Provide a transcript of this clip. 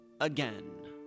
again